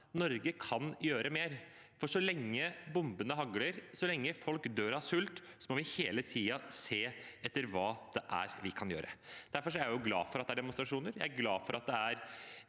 Norge kan gjøre mer. Så lenge bombene hagler, så lenge folk dør av sult, må vi hele tiden se på hva vi kan gjøre. Derfor er jeg glad for at det er demonstrasjoner. Jeg er glad for at det er